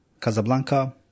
Casablanca